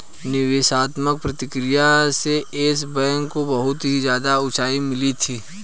निवेशात्मक प्रक्रिया से येस बैंक को बहुत ही ज्यादा उंचाई मिली थी